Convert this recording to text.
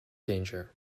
danger